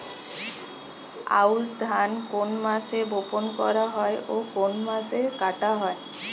আউস ধান কোন মাসে বপন করা হয় ও কোন মাসে কাটা হয়?